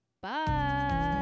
Bye